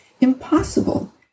impossible